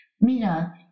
Mina